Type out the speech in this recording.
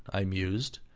i mused.